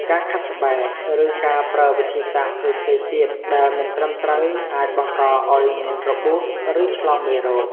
ការខាត់ស្បែក ឬការប្រើវិធីសាស្ត្រផ្សេងៗទៀតដែលមិនត្រឹមត្រូវ អាចបង្កឱ្យមានរបួស ឬឆ្លងមេរោគ។